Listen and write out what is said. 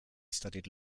studied